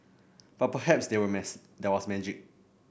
but perhaps there were there was magic